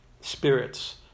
spirits